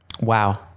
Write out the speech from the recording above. wow